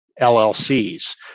LLCs